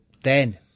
then-